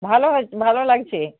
ভালো হয়েছে ভালো লাগছে